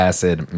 Acid